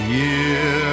year